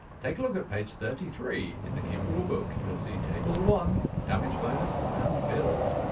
take a look at page thirty three in the keeper rulebook, you'll see table one damage bonus and build.